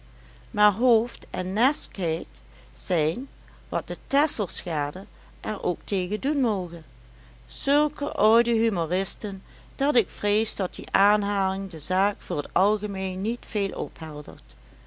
maar hooft en neskheit zijn wat de tesselschade er ook tegen doen moge zulke oude humoristen dat ik vrees dat die aanhaling de zaak voor t algemeen niet veel opheldert